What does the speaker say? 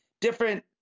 different